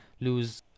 lose